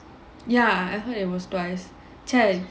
ya I heard it was twice